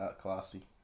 classy